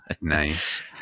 Nice